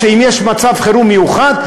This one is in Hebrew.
אם יש מצב חירום מיוחד,